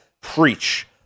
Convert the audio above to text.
preach